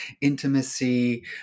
intimacy